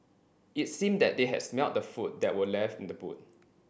it seemed that they had smelt the food that were left in the boot